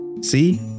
See